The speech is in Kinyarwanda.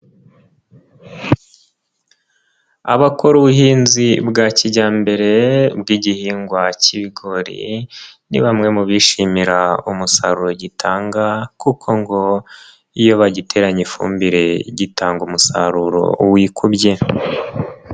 Abakora ubuhinzi bwa kijyambere bw'igihingwa k'ibigori, ni bamwe mu bishimira umusaruro gitanga, kuko ngo iyo bagiteranya ifumbire gitanga umusaruro wikubye.